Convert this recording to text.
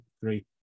three